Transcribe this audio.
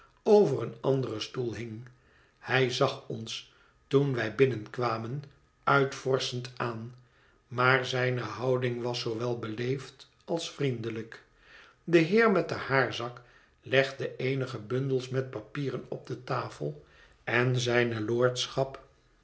over een anderen stoel hing hij zag ons toen wij binnenkwamen uitvorschend aan maar zijne houding was zoowel beleefd als vriendelijk de heer met den haarzak legde eenige bundels met papieren op de tafel en zijne lordschap